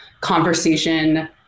conversation